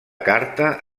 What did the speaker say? carta